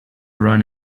run